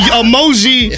emoji